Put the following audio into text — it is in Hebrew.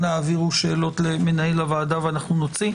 אנא העבירו שאלות למנהל הוועדה ואנחנו נוציא.